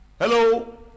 Hello